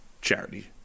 charity